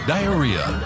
Diarrhea